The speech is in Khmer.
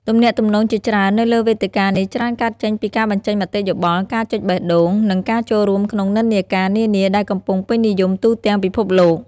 ទំនាក់ទំនងជាច្រើននៅលើវេទិកានេះច្រើនកើតចេញពីការបញ្ចេញមតិយោបល់ ការចុចបេះដូង និងការចូលរួមក្នុង និន្នាការ នានាដែលកំពុងពេញនិយមទូទាំងពិភពលោក។